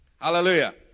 Hallelujah